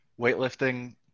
weightlifting